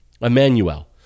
Emmanuel